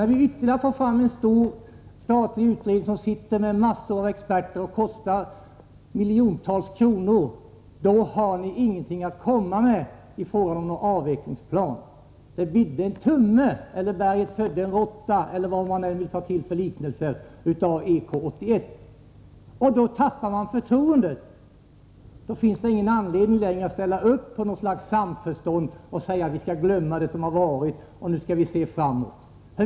Men vi får ytterligare en statlig utredning med massor av experter som kostar miljontals kronor, och ni har ingenting att komma med i fråga om avvecklingsplan. Det bidde en tumme, eller berget födde en råtta, eller vad man nu vill ta till för liknelser när det gäller EK 81. Då tappar man förtroendet. Då finns det inte längre någon anledning att ställa upp på något slags samförstånd och säga att vi skall glömma det som har varit, nu skall vi se framåt.